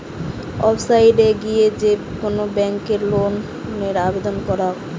website এ গিয়ে যে কোন ব্যাংকে লোনের আবেদন করা যায়